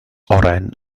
oren